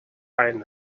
ein